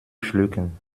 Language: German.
schlucken